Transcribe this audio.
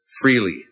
freely